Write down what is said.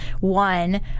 one